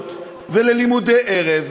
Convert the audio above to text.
למכללות וללימודי ערב,